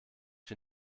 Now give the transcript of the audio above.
wir